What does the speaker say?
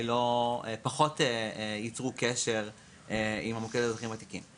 פחות ייצרו קשר עם המוקד לאזרחים ותיקים.